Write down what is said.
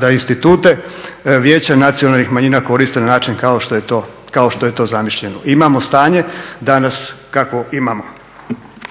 da institute Vijeća nacionalnih manjina koriste na način kao što je to zamišljeno. Imamo stanje danas kakvo imamo.